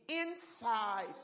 inside